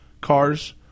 cars